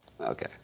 Okay